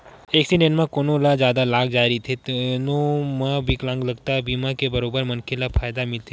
accident म कोनो ल जादा लाग जाए रहिथे तेनो म बिकलांगता बीमा के बरोबर मनखे ल फायदा मिलथे